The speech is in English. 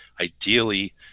Ideally